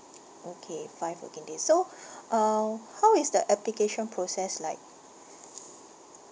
okay five working days so um how is the application process like